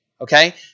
Okay